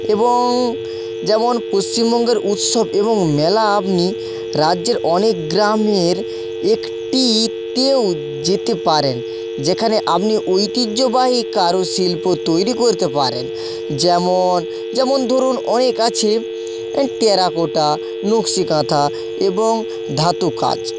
এবং যেমন পশ্চিমবঙ্গের উৎসব এবং মেলা আপনি রাজ্যের অনেক গ্রামের একটিতেও যেতে পারেন যেখানে আপনি ঐতিহ্যবাহী কারুশিল্প তৈরি করতে পারেন যেমন যেমন ধরুন অনেক আছে এই টেরাকোটা নকশিকাঁথা এবং ধাতু কাজ